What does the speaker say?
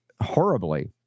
horribly